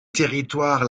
territoires